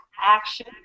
action